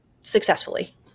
successfully